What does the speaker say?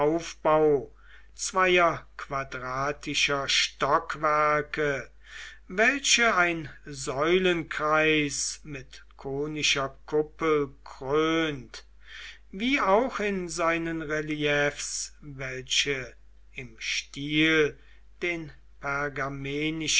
zweier quadratischer stockwerke welche ein säulenkreis mit konischer kuppel krönt wie auch in seinen reliefs welche im stil den